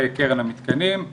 וכן על המתקנים.